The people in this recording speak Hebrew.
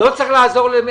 קודם